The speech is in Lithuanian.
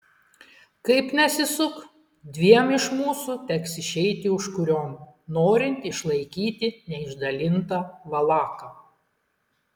kaip nesisuk dviem iš mūsų teks išeiti užkuriom norint išlaikyti neišdalintą valaką